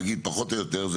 נגיד פחות או יותר,